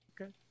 okay